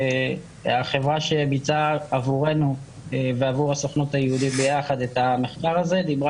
החברה שביצעה עבורנו ועבור הסוכנות היהודית ביחד את המחקר הזה דיברה